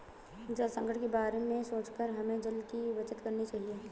जल संकट के बारे में सोचकर हमें जल की बचत करनी चाहिए